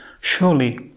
surely